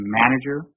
manager